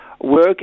work